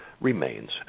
remains